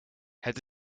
het